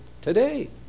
today